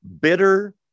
bitter